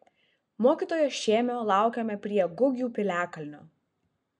mokytojo šėmio laukėme prie gugių piliakalnio